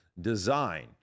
design